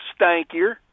stankier